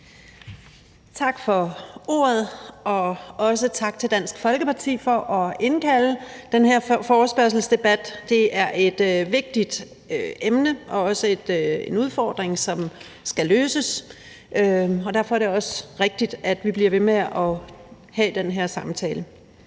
Tak for ordet. Også tak til Dansk Folkeparti for at indkalde til den her forespørgselsdebat. Det er et vigtigt emne og også en udfordring, som skal løses, og derfor er det også rigtigt, at vi bliver ved med at have den samtale.